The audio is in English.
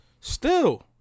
still-